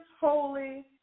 holy